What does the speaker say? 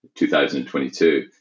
2022